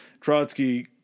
Trotsky